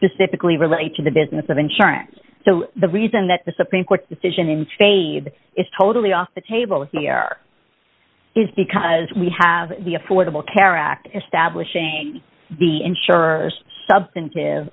even relate to the business of insurance so the reason that the supreme court decision in shade is totally off the table here is because we have the affordable care act establishing the insurers substantive